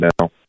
now